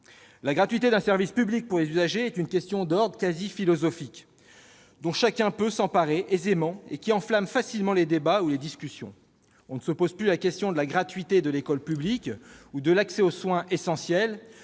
La gratuité d'un service public pour ses usagers est un sujet d'ordre quasi philosophique, dont chacun peut s'emparer aisément, et qui enflamme facilement les débats ou les discussions. On ne se pose plus la question de la gratuité de l'école publique ou celle de l'accès aux soins essentiels.